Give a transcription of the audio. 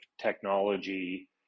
technology